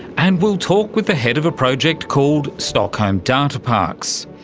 and we'll talk with the head of a project called stockholm data parks.